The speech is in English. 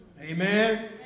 Amen